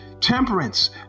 temperance